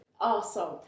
awesome